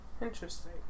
Interesting